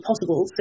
possible